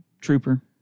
trooper